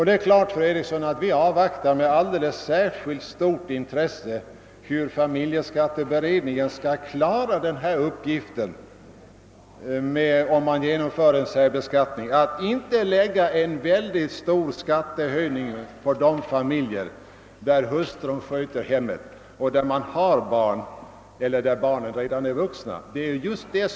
Det är klart att vi är särskilt spända på att få se hur familjeskatteberedningen «skall klara uppgiften att inte lägga en mycket stor skattehöjning på de familjer, där hustrun sköter hemmet och där man har barn eller där barnen redan är vuxna, om man helt genomför en särbeskattning.